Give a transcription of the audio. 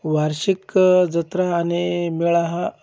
वार्षिक जत्रा आणि मेळा हा